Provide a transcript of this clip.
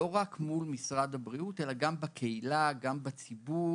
לא רק מול משרד הבריאות אלא גם בקהילה, גם בציבור.